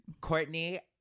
Courtney